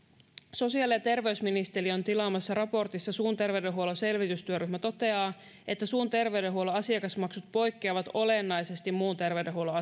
sosiaali ja terveysministeriön tilaamassa raportissa suun terveydenhuollon selvitystyöryhmä toteaa että suun terveydenhuollon asiakasmaksut poikkeavat olennaisesti muun terveydenhuollon